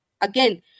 Again